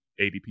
ADP